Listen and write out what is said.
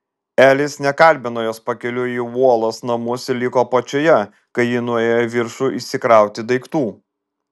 elis nekalbino jos pakeliui į uolos namus ir liko apačioje kai ji nuėjo į viršų išsikrauti daiktų